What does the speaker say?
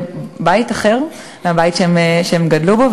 שהם מחפשים בית אחר מהבית שהם גדלו בו.